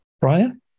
Brian